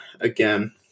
again